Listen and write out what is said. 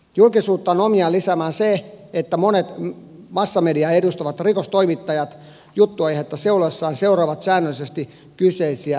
julkisuutta on omiaan lisäämään se että monet massamediaa edustavat rikostoimittajat juttuaihetta seuloessaan seuraavat säännöllisesti kyseisiä diaaritietoja